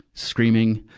screaming.